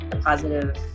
positive